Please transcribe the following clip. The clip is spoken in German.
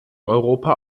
europa